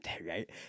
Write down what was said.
Right